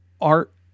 art